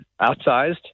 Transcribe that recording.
outsized